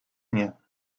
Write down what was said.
mnie